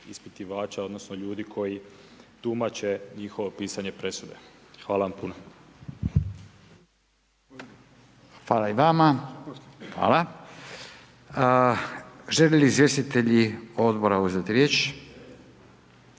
ispitivača odnosno ljudi koji tumače njihovo pisanje presude? Hvala vam puno. **Radin, Furio (Nezavisni)** Hvala i vama. Hvala. Žele li izvjestitelji odbora uzeti riječ?